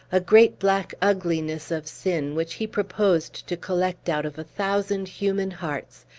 a great black ugliness of sin, which he proposed to collect out of a thousand human hearts,